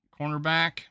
cornerback